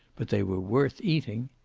but they were worth eating.